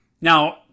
Now